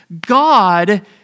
God